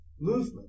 movement